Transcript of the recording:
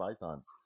Pythons